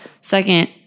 Second